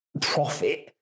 profit